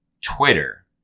Twitter